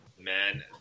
man